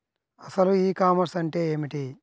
అసలు e commerce అంటే ఏమిటి?